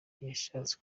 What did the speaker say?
ntiyashatse